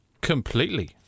Completely